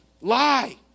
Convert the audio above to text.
Lie